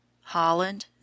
Holland